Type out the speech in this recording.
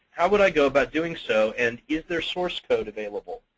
how would i go about doing so? and is there source code available?